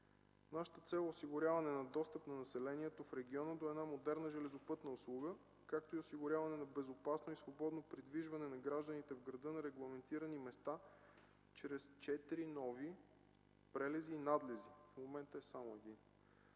Нашата цел е осигуряване на достъп на населението в региона до една модерна железопътна услуга, както и осигуряване на безопасно и свободно придвижване на гражданите в града на регламентирани места чрез четири нови прелези и надлези, в момента е само един,